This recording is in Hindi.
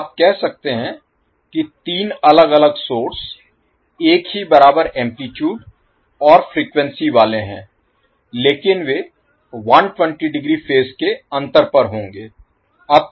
तो आप कह सकते हैं कि तीन अलग अलग सोर्स एक ही बराबर एम्पलीटूड और फ्रीक्वेंसी वाले हैं लेकिन वे 120 डिग्री फेज के अंतर पर होंगे